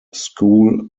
school